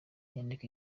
inyandiko